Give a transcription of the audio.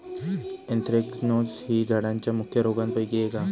anthracnose ही झाडांच्या मुख्य रोगांपैकी एक हा